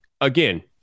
Again